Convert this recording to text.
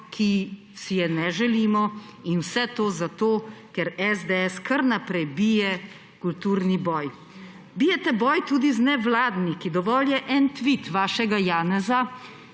ki si je ne želimo, in vse to zato, ker SDS kar naprej bije kulturni bolj. Bijete boj tudi z nevladniki. Dovolj je en tvit vašega Janeza